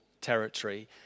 territory